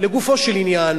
לגופו של עניין,